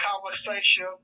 conversation